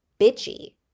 bitchy